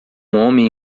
homem